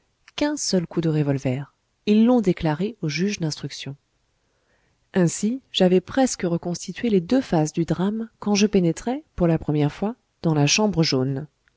qu'un seul coup de revolver ils l'ont déclaré au juge d'instruction ainsi j'avais presque reconstitué les deux phases du drame quand je pénétrai pour la première fois dans la chambre jaune